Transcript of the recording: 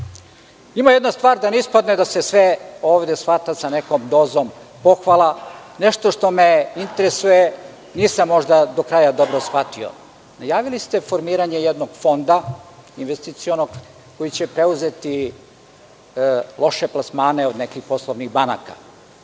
jedna stvar, da ne ispadne da se sve ovde shvata sa nekom dozom pohvala, nešto što me interesuje, nisam možda do kraja dobro shvatio. Najavili ste formiranje jednog fonda investicionog koji će preuzeti loše plasmane od nekih poslovnih banaka.